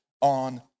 on